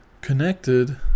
connected